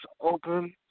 open